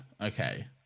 Okay